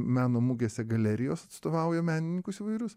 meno mugėse galerijos atstovauja menininkus įvairius